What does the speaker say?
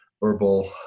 herbal